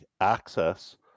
access